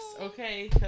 okay